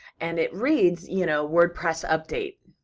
and it reads, you know, wordpress update.